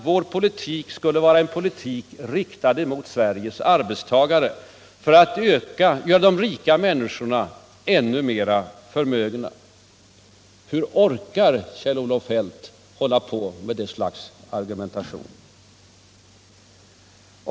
Vår politik skulle vara en politik riktad mot Sveriges arbetstagare för att göra de rika människorna ännu mer förmögna. Hur orkar Kjell-Olof Feldt föra det slagets argumentation?